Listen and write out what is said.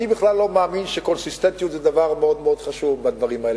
אני בכלל לא מאמין שקונסיסטנטיות זה דבר מאוד מאוד חשוב בדברים האלה,